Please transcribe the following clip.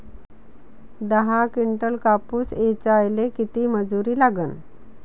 दहा किंटल कापूस ऐचायले किती मजूरी लागन?